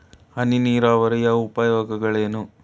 ಹನಿ ನೀರಾವರಿಯ ಉಪಯೋಗಗಳೇನು?